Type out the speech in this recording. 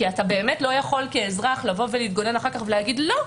כי אתה באמת לא יכול כאזרח לבוא ולהתגונן אחר כך ולהגיד: לא,